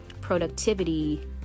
productivity